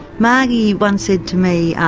margie once said to me,